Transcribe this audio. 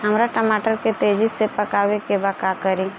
हमरा टमाटर के तेजी से पकावे के बा का करि?